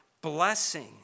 blessing